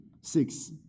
Six